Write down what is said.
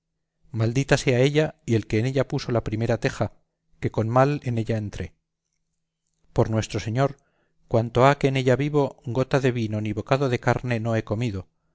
maldita sea ella y el que en ella puso la primera teja que con mal en ella entré por nuestro señor cuanto ha que en ella vivo gota de vino ni bocado de carne no he comido